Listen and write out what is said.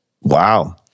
Wow